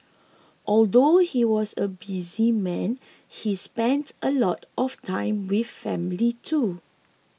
although he was a busy man he spent a lot of time with family too